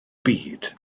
byd